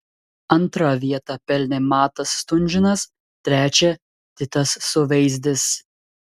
antrą vietą pelnė matas stunžinas trečią titas suveizdis